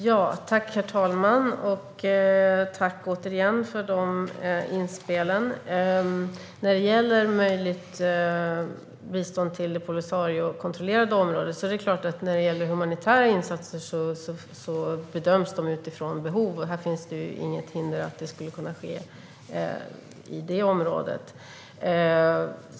Herr talman! Jag vill återigen tacka för inspelen! Humanitära insatser till Polisariokontrollerade områden bedöms utifrån behov. Här finns det inget hinder mot att sådana insatser kan ske i området.